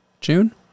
june